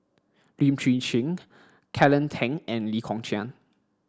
Lim Chwee Chian Kelly Tang and Lee Kong Chian